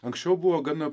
anksčiau buvo gan